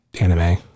anime